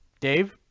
Dave